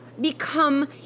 become